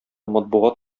матбугат